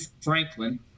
Franklin